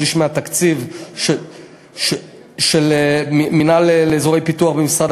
שליש מהתקציב של מינהל אזורי פיתוח במשרד